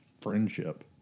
friendship